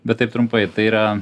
bet taip trumpai tai yra